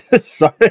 sorry